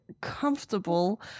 comfortable